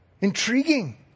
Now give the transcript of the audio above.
intriguing